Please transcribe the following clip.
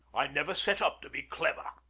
i never set up to be clever.